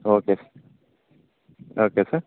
okay sir okay sir